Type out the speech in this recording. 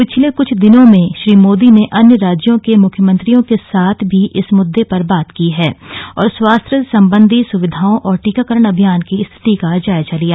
पिछले कुछ दिनों में श्री मोदी ने अन्य राज्यों के मुख्यमंत्रियों के साथ भी इस मुद्दे पर बात की है और स्वास्थ्य संबंधी सुविधाओं और टीकाकरण अभियान की स्थिति का जायजा लिया है